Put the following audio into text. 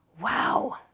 Wow